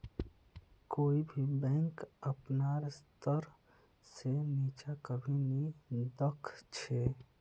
कोई भी बैंक अपनार स्तर से नीचा कभी नी दख छे